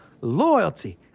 Loyalty